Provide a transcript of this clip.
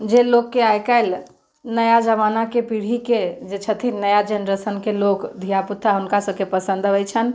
जे लोकके आइ काल्हि नया जमानाके पीढ़ीके जे छथिन नया जेनरेशनके लोक धियापुता हुनका सभके पसन्द अबै छनि